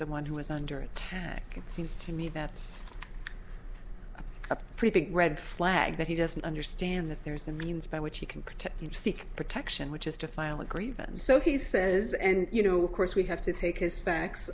the one who was under attack it seems to me that's a pretty big red flag that he doesn't understand that there's a means by which he can protect seek protection which is to file a grievance so he says and you know of course we have to take his facts